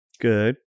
Good